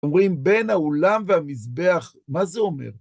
אומרים בין האולם והמזבח, מה זה אומר?